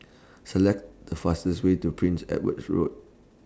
Select The fastest Way to Prince Edward's Road